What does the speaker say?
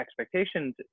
expectations